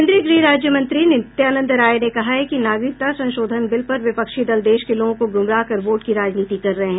केन्द्रीय गृह राज्य मंत्री नित्यानंद राय ने कहा है कि नागरिकता संशोधन बिल पर विपक्षी दल देश के लोगों को गुमराह कर वोट की राजनीति कर रहे हैं